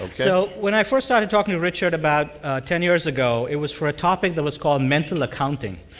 so when i first started talking to richard about ten years ago, it was for a topic that was called mental accounting.